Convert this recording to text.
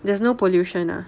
there's no pollution ah